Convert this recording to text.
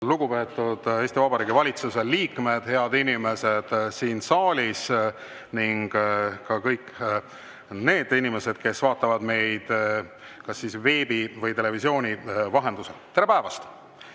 Lugupeetud Eesti Vabariigi valitsuse liikmed! Head inimesed siin saalis ning ka kõik need inimesed, kes vaatavad meid kas veebi või televisiooni vahendusel! Tere päevast!